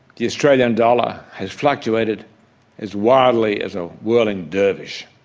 the australian dollar has fluctuated as wildly as a whirling dervish,